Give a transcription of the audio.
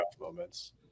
moments